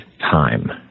time